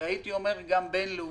והייתי גם אומר גם בין-לאומי.